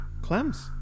Clems